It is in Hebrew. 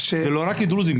זה לא רק דרוזים,